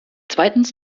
zweitens